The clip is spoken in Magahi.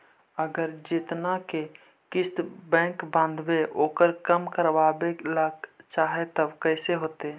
अगर जेतना के किस्त बैक बाँधबे ओकर कम करावे ल चाहबै तब कैसे होतै?